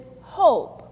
hope